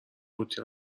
قوطی